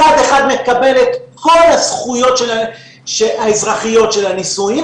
מצד אחד מקבל את כל הזכויות האזרחיות של הנישואים,